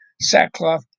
sackcloth